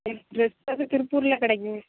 dress வந்து திருப்பூரில் கிடைக்குங்க